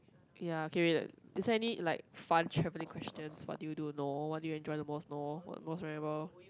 ya okay wait is there any like fun travelling questions what do you do no what do enjoy the most no what was most memorable